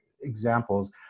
examples